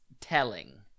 telling